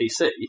PC